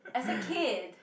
as a kid